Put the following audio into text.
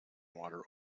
water